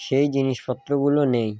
সেই জিনিসপত্রগুলো নিই